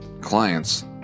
clients